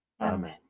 Amen